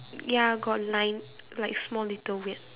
ya got line like small little weird